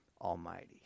Almighty